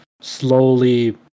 slowly